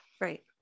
Right